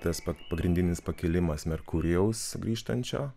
tas pat pagrindinis pakilimas merkurijaus grįžtančio